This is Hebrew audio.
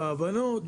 בהבנות,